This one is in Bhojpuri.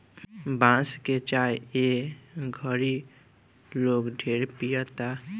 बांस के चाय ए घड़ी लोग ढेरे पियता